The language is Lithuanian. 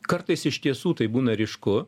kartais iš tiesų tai būna ryšku